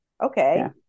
Okay